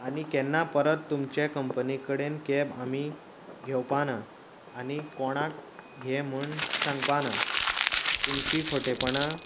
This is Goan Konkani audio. आनी केन्ना परत तुमचे कंम्पनि कडेन कॅब आमी घेवपाना आनी कोणाक घे म्हण सांगपाना तुमची खोटेपणां